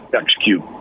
execute